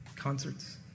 Concerts